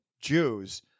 Jews